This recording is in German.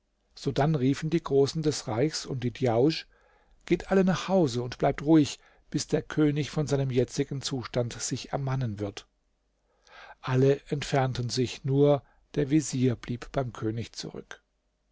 geht alle nach hause und bleibt ruhig bis der könig von seinem jetzigen zustand sich ermannen wird alle entfernten sich nur der vezier blieb beim könig zurück